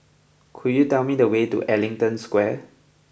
could you tell me the way to Ellington Square